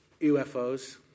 UFOs